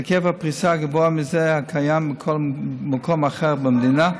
היקף הפריסה גבוה מזה הקיים בכל מקום אחר במדינה.